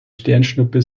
sternschnuppe